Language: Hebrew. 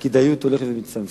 הכדאיות הולכת ומצטמצמת.